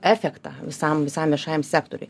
efektą visam visam viešajam sektoriui